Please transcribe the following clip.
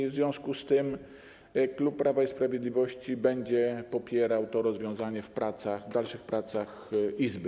W związku z tym klub Prawa i Sprawiedliwości będzie popierał to rozwiązanie w dalszych pracach Izby.